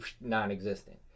non-existent